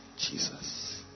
Jesus